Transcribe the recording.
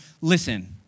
listen